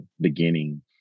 beginning